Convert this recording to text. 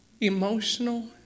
emotional